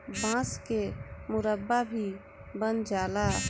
बांस के मुरब्बा भी बन जाला